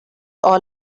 all